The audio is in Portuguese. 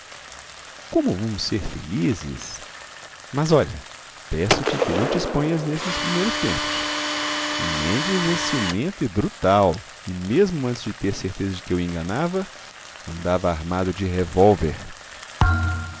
como vamos ser felizes mas olha peço-te que não te exponhas nestes primeiros tempos o mendes é ciumento e brutal e mesmo antes de ter certeza de que eu o enganava andava armado de revólver